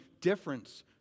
difference